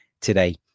today